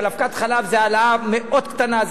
על אבקת חלב זה העלאה קטנה מאוד,